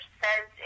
says